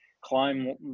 climb